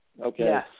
Okay